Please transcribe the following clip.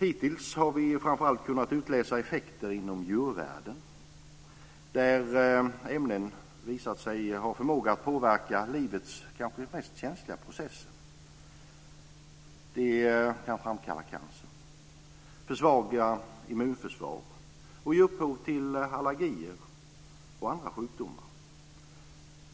Hittills har vi kunnat utläsa effekter framför allt inom djurvärlden. Ämnen har visat sig ha förmåga att påverka livets mest känsliga process. De kan framkalla cancer, försvaga immunförsvar och ge upphov till allergier och andra sjukdomar.